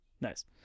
Nice